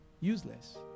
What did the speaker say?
useless